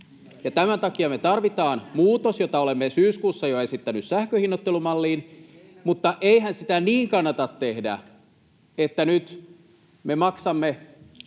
Tämän takia me tarvitaan muutos, jota olemme jo syyskuussa esittäneet sähkönhinnoittelumalliin, mutta eihän sitä niin kannata tehdä, että nyt me maksamme